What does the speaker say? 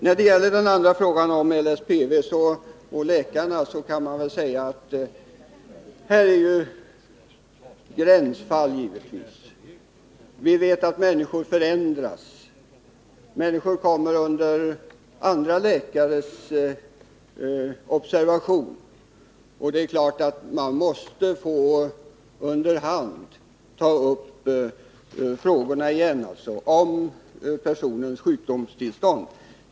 När det gäller frågan om LSPV och läkarintyg kan man väl säga att det givetvis kan finnas gränsfall. Vi vet att människor förändras. Människor kommer under andra läkares observation, och det är klart att man under hand måste få återuppta frågan om vederbörandes sjukdomstillstånd.